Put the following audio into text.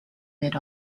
mid